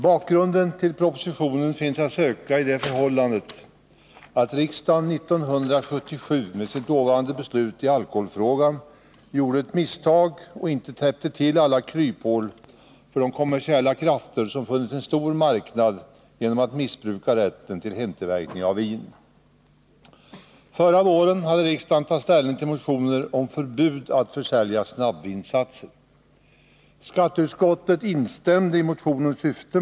Bakgrunden till propositionen finns att söka i det förhållandet att riksdagen 1977 med sitt beslut i alkoholfrågan gjorde ett misstag och inte täppte till alla kryphål för de kommersiella krafter som funnit en stor marknad genom att missbruka rätten till hemtillverkning av vin. Förra våren hade riksdagen att ta ställning till motioner om förbud att försälja snabbvinsatser. Skatteutskottet instämde i motionernas syfte.